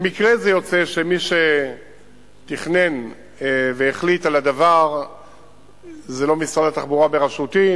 במקרה זה יוצא שמי שתכנן והחליט על הדבר זה לא משרד התחבורה בראשותי,